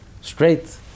straight